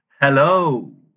Hello